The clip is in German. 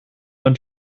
und